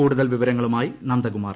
കൂടുതൽ വിവരങ്ങളുമായി നന്ദകുമാർ